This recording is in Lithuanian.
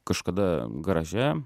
kažkada garaže